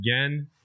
Again